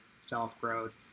self-growth